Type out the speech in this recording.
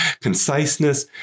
conciseness